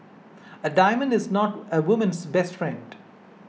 a diamond is not a woman's best friend